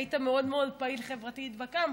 היית מאוד מאוד פעיל חברתית בקמפוס,